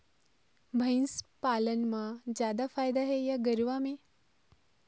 भंइस पालन म जादा फायदा हे या गरवा में?